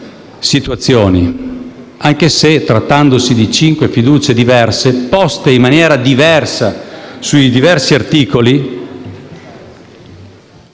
situazioni). Anche se, trattandosi di cinque fiducie diverse, poste in maniera diversa sui diversi articoli,